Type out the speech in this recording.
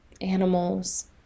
animals